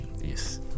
Yes